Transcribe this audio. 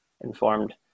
informed